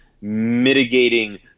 mitigating